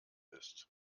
ist